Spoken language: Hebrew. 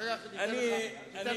אחר כך ניתן לך לסיים.